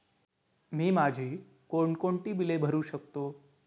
मी माझी कोणकोणती बिले भरू शकतो?